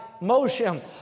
motion